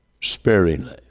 sparingly